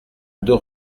deux